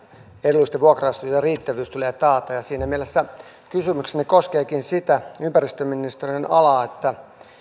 edullisten vuokra asuntojen riittävyys tulee taata ja siinä mielessä kysymykseni koskeekin ympäristöministeriön alaa